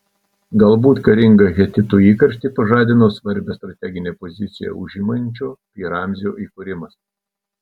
galbūt karingą hetitų įkarštį pažadino svarbią strateginę poziciją užimančio pi ramzio įkūrimas